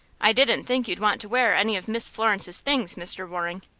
i didn't think you'd want to wear any of miss florence's things, mr. waring.